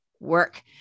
Work